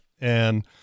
and-